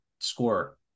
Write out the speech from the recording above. score